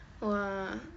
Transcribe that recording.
!wah!